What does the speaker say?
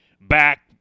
back